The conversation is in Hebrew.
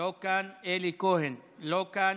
לא כאן, אלי כהן, לא כאן,